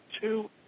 two